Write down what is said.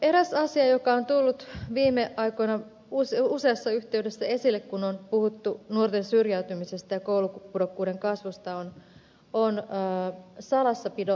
eräs asia joka on tullut viime aikoina useassa yhteydessä esille kun on puhuttu nuorten syrjäytymisestä ja koulupudokkuuden kasvusta ovat salassapitosäännökset